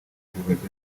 elizabeth